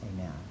Amen